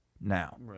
now